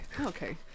Okay